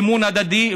אמון הדדי,